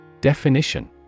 Definition